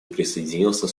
присоединился